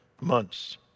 months